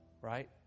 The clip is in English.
right